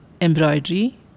embroidery